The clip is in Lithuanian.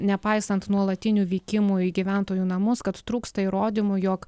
nepaisant nuolatinių vykimų į gyventojų namus kad trūksta įrodymų jog